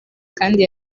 kandi